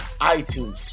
iTunes